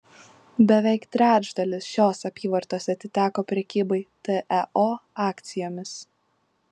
beveik trečdalis šios apyvartos atiteko prekybai teo akcijomis